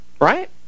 Right